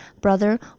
brother